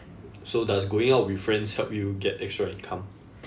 so does going out with friends help you get extra income